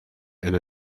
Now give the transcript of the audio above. and